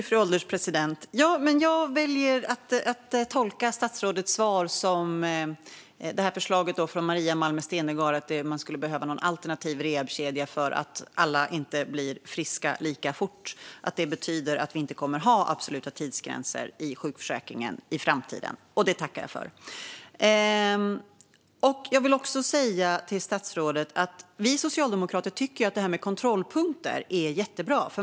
Fru ålderspresident! Jag väljer att tolka statsrådets svar om förslaget från Maria Malmer Stenergard som att man skulle behöva någon alternativ rehabiliteringskedja för att alla inte blir friska lika fort. Det betyder att vi inte kommer att ha absoluta tidsgränser i sjukförsäkringen i framtiden, och det tackar jag för. Jag vill också säga till statsrådet att vi socialdemokrater tycker att kontrollpunkter är jättebra.